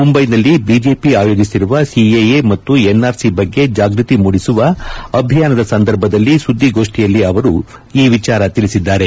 ಮುಂಬೈನಲ್ಲಿ ಬಿಜೆಪಿ ಆಯೋಜಿಸಿರುವ ಸಿಎಎ ಮತ್ತು ಎನ್ಆರ್ಸಿ ಬಗ್ಗೆ ಜಾಗ್ಬತಿ ಮೂಡಿಸುವ ಅಭಿಯಾನದ ಸಂದರ್ಭದಲ್ಲಿ ಸುದ್ದಿಗೋಷ್ತಿಯಲ್ಲಿ ಅವರು ಈ ವಿಚಾರ ತಿಳಿಸಿದ್ದಾರೆ